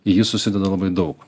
į jį susideda labai daug